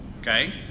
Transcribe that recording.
okay